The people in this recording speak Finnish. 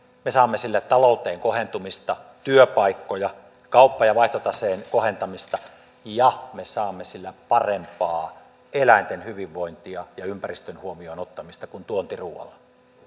me saamme sillä talouteen kohentumista työpaikkoja kauppa ja vaihtotaseen kohentamista ja me saamme sillä parempaa eläinten hyvinvointia ja ympäristön huomioonottamista kuin tuontiruoalla